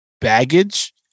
baggage